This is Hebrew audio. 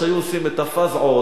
כשהיו עושים את ה"פזעות",